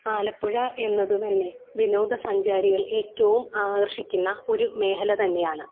ആലപ്പുഴ എന്നത് തന്നെ വിനോദസഞ്ചാരികൾ ഏറ്റവും ആകർഷിക്കുന്ന ഒരു മേഖല തന്നെയാണ്